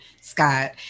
Scott